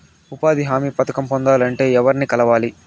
ఉపాధి హామీ పథకం పొందాలంటే ఎవర్ని కలవాలి?